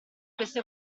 queste